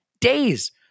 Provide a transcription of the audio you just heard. days